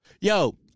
Yo